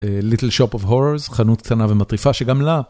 Little shop of horrors חנות קטנה ומטריפה שגם לה.